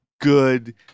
good